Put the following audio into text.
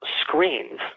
screens